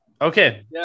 Okay